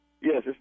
Yes